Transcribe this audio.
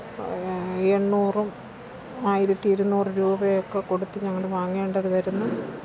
എണ്ണൂറും ആയിരത്തിയിരുന്നൂറ് രൂപയൊക്കെ കൊടുത്ത് ഞങ്ങൾ വങ്ങേണ്ടത് വരുന്നു